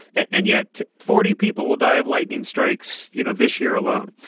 and yet forty people will die of lightning strikes you know this year alone.